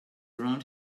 around